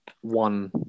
one